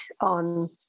on